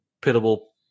pitiable